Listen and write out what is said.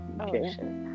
Okay